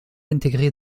intégré